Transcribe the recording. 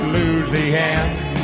Louisiana